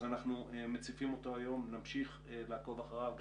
אנחנו מציפים אותו היום ונמשיך לעקוב אחריו,